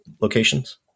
locations